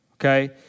Okay